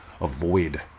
Avoid